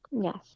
Yes